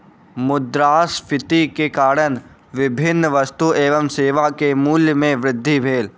मुद्रास्फीति के कारण विभिन्न वस्तु एवं सेवा के मूल्य में वृद्धि भेल